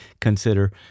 consider